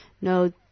no